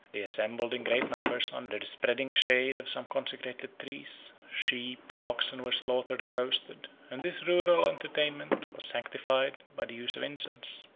they assembled in great numbers under the spreading shade of some consecrated trees sheep and oxen were slaughtered and roasted and this rural entertainment was sanctified by the use of incense,